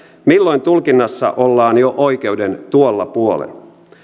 milloin tulkinnassa ollaan jo oikeuden tuolla puolen